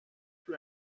più